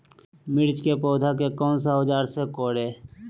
मिर्च की पौधे को कौन सा औजार से कोरे?